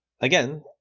Again